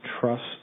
trust